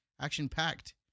Action-packed